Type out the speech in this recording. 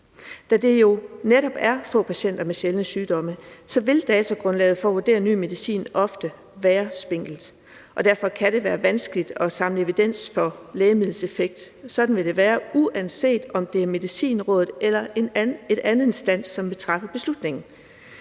da det jo netop er få patienter med sjældne sygdomme, vil datagrundlaget for at vurdere ny medicin ofte være spinkelt, og derfor kan det være vanskeligt at samle evidens for lægemiddeleffekten. Sådan vil det være, uanset om det er Medicinrådet eller en anden instans, som træffer beslutningen.